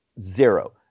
zero